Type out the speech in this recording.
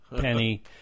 Penny